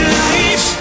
life